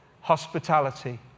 hospitality